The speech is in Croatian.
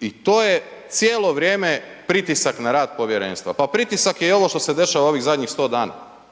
I to je cijelo vrijeme pritisak na rad povjerenstva. Pa pritisak je i ovo što se dešava ovih zadnjih 100 dana,